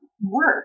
work